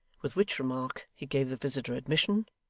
with which remark he gave the visitor admission,